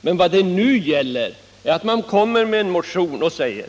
Men vad det nu gäller är att man kommer med en motion och säger: